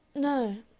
no,